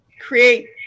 create